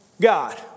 God